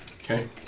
Okay